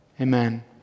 Amen